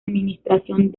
administración